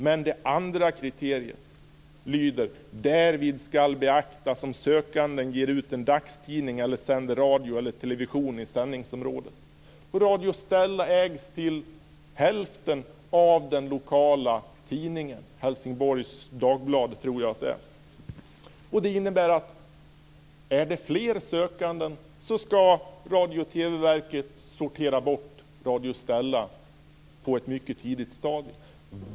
Men det andra kriteriet lyder: "Därvid skall beaktas om sökanden ger ut en dagstidning eller sänder radio eller television i sändningsområdet". Radio Stella ägs till hälften av den lokala tidningen. Jag tror att det är Helsingborgs Dagblad. Det innebär att om det är fler sökanden ska Radio och TV-verket sortera bort Radio Stella på ett mycket tidigt stadium.